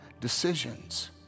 decisions